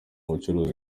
bucuruzi